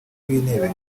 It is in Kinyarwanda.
w’intebe